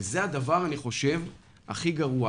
ואני חושב שזה הדבר הכי גרוע.